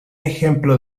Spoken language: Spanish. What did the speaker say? ejemplo